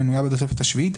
המנויה בתוספת השביעית,